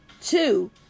two